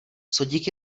sodík